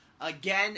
again